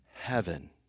heaven